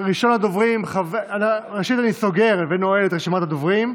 אני סוגר ונועל את רשימת הדוברים.